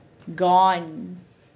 gone